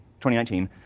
2019